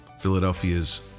Philadelphia's